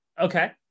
Okay